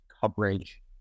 coverage